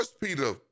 Peter